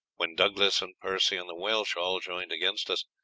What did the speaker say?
when douglas and percy and the welsh all joined against us,